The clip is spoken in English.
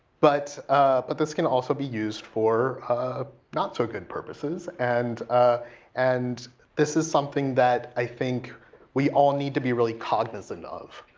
but but this can also be used for ah not so good purposes. and and this is something that i think we all need to be cognizant of.